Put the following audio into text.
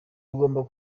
bigomba